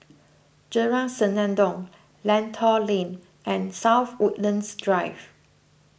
Jalan Senandong Lentor Lane and South Woodlands Drive